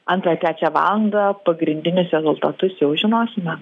antrą trečią valandą pagrindinius rezultatus jau žinosime